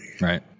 Right